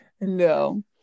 No